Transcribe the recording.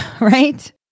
right